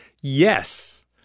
Yes